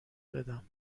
بدم